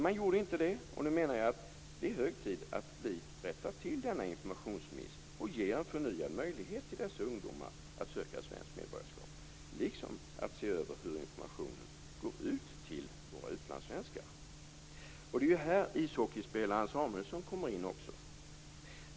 Man gjorde inte det, och nu menar jag att det är hög tid att vi rättar till denna informationsmiss och ger en förnyad möjlighet till dessa ungdomar att söka svenskt medborgarskap och ser över hur informationen går ut till våra utlandssvenskar. Det är här ishockeyspelaren Samuelsson kommer in.